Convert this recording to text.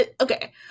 okay